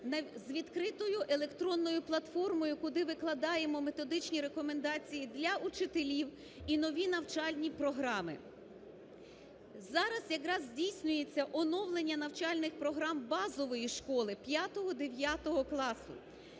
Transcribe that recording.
з відкритою електронною платформою, куди викладаємо методичні рекомендації для вчителів і нові навчальні програми. Зараз якраз здійснюється оновлення навчальних програм базової школи 5-9 класу.